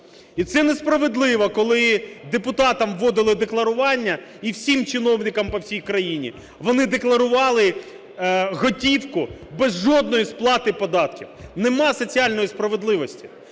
І це несправедливо, коли депутатам вводили декларування і всім чиновникам по всій країні, вони декларували готівку без жодної сплати податків. Нема соціальної справедливості.